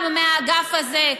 אני מצפה גם מהאגף הזה,